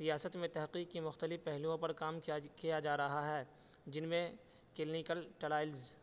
ریاست میں تحقیق کی مختلف پہلوؤں پر کام کیا کیا جا رہا ہے جن میں کلینیکل ٹرائلس